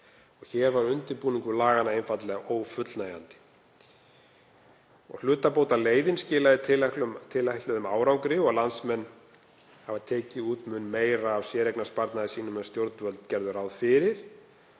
Hér var undirbúningur laganna einfaldlega ófullnægjandi. Hlutabótaleiðin skilaði tilætluðum árangri og landsmenn hafa tekið út mun meira af séreignarsparnaði sínum en stjórnvöld gerðu ráð fyrir.